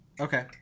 Okay